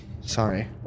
Sorry